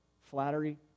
flattery